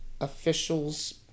officials